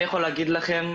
אני יכול להגיד לכם,